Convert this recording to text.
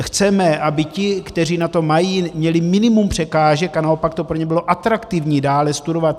Chceme, aby ti, kteří na to mají, měli minimum překážek a naopak to pro ně bylo atraktivní dále studovat.